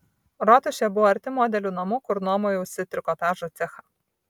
rotušė buvo arti modelių namų kur nuomojausi trikotažo cechą